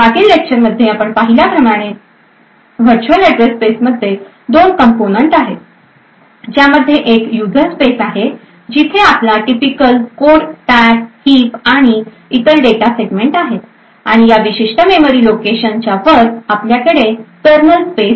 मागील लेक्चर्समध्ये आपण पाहिल्याप्रमाणे व्हर्च्युअल अॅड्रेस स्पेसमध्ये दोन कंपोनेंट आहेत ज्यामध्ये एक युजर स्पेस आहे जिथे आपला टिपिकल कोड स्टॅक हीप आणि इतर डेटा सेगमेंट्स आहेत आणि या विशिष्ट मेमरी लोकेशनच्या वर आपल्याकडे कर्नल स्पेस आहे